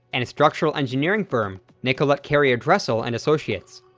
and structural engineering firm nicolet carrier dressel and associates.